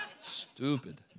stupid